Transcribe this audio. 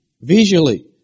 visually